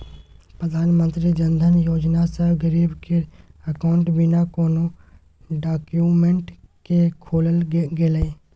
प्रधानमंत्री जनधन योजना सँ गरीब केर अकाउंट बिना कोनो डाक्यूमेंट केँ खोलल गेलै